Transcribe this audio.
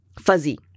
fuzzy